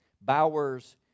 Bowers